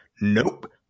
nope